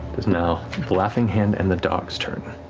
it is now the laughing hand and the dogs' turn.